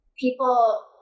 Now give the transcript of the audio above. People